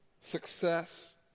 success